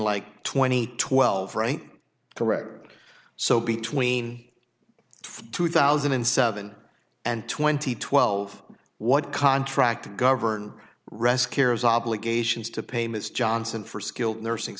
like twenty twelve right to record so between two thousand and seven and twenty twelve what contract to govern rescuers obligations to pay ms johnson for skilled nursing